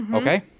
Okay